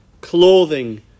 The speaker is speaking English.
clothing